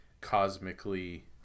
cosmically